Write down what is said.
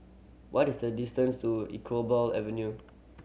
what is the distance to Iqbal Avenue